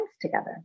together